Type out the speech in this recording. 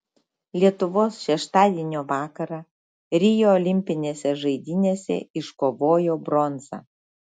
lietuvos šeštadienio vakarą rio olimpinėse žaidynėse iškovojo bronzą